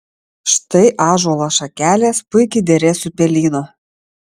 štai ąžuolo šakelės puikiai derės su pelyno